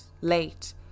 late